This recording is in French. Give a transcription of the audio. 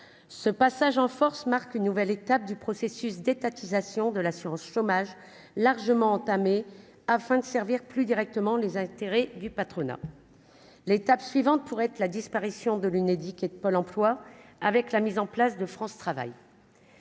ce passage en force, marque une nouvelle étape du processus d'étatisation de l'assurance chômage largement entamé afin de servir plus directement les intérêts du patronat, l'étape suivante pourrait être la disparition de l'Unédic et de Pôle emploi avec la mise en place de France travaille.